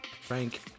Frank